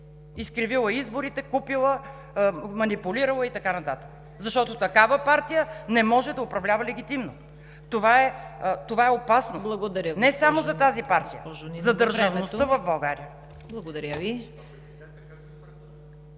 изкривила изборите, купила, манипулирала и така нататък, защото такава партия не може да управлява легитимно. Това е опасност не само за тази партия, а за държавността в България.